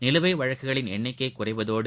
நிலுவை வழக்குகளின் எண்ணிக்கை குறைவதோடு